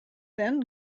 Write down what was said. then